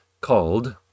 called